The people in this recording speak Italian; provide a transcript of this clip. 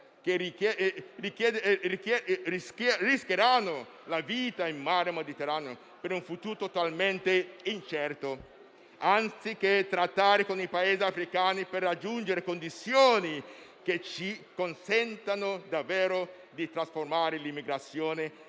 che rischieranno la vita nel mar Mediterraneo per un futuro totalmente incerto, anziché trattare con i Paesi africani per raggiungere condizioni che consentano davvero di trasformare l'immigrazione